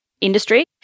industry